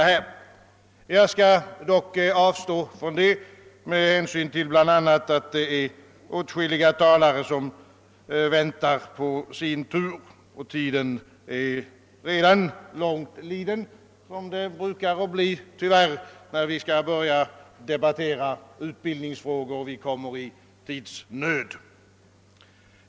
Jag skall dock avstå därifrån bl.a. med hänsyn till att åtskilliga talare väntar på sin tur, och tiden är redan långt liden som den tyvärr ofta är när vi börjar diskutera utbildningsfrågor — vi kommer i tidsnöd.